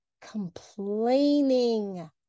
complaining